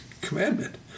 commandment